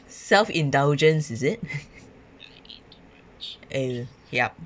self indulgence is it uh yup